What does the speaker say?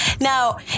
now